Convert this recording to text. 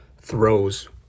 throws